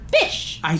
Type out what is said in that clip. fish